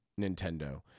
nintendo